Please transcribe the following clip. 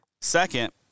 second